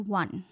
one